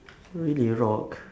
really rock